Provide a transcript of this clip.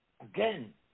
again